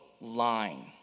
line